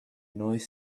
noise